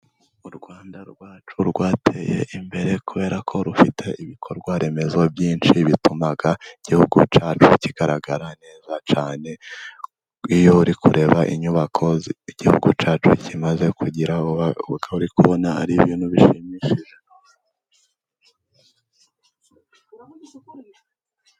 U Rwanda rwacu rwateye imbere kuberako rufite ibikorwa remezo byinshi, bituma igihugu cyacu kigaragara neza cyane. Iyo uri kureba inyubako igihugu cyacu kimaze kugira, ukaba uri kubona ari ibintu bishimishije.